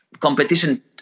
competition